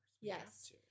Yes